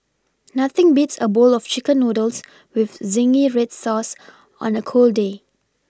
nothing beats a bowl of chicken noodles with zingy red sauce on a cold day